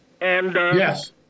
Yes